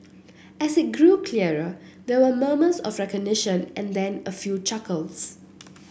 as it grew clearer there were murmurs of recognition and then a few chuckles